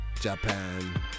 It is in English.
Japan